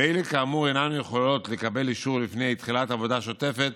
ואלה כאמור אינן יכולות לקבל אישור לפני תחילת עבודה שוטפת